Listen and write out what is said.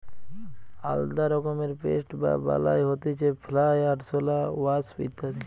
আলদা রকমের পেস্ট বা বালাই হতিছে ফ্লাই, আরশোলা, ওয়াস্প ইত্যাদি